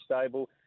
stable